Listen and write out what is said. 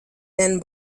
then